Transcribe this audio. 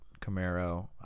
Camaro